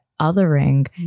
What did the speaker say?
othering